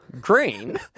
green